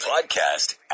podcast